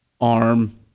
Arm